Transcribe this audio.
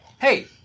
Hey